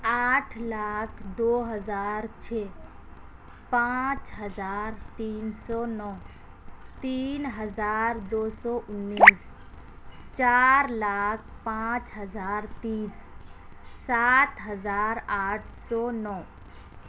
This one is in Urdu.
آٹھ لاکھ دو ہزار چھ پانچ ہزار تین سو نو تین ہزار دو سو انیس چار لاکھ پانچ ہزار تیس سات ہزار آٹھ سو نو